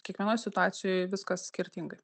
kiekvienoj situacijoj viskas skirtingai